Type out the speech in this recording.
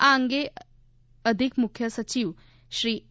આ અંગે અધિક મુખ્ય સચિવ શ્રી એ